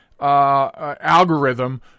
algorithm